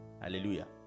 Hallelujah